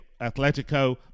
Atletico